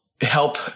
help